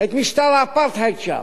את משטר האפרטהייד שם.